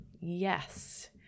yes